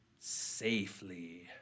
safely